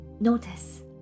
Notice